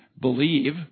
believe